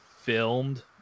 filmed